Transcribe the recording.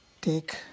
take